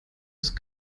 ist